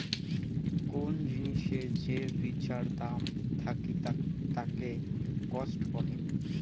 কোন জিনিসের যে বিচার দাম থাকিতাকে কস্ট কহে